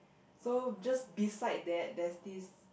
so just beside that there's this